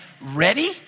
ready